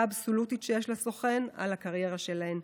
האבסולוטית שיש לסוכן על הקריירה שלהן.